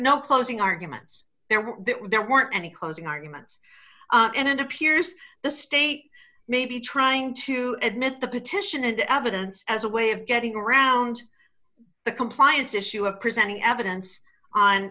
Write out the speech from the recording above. no closing arguments there were there weren't any closing arguments and it appears the state may be trying to admit the petition and evidence as a way of getting around the compliance issue of presenting evidence on